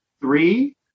three